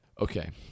Okay